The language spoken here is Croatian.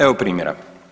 Evo primjera.